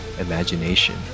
imagination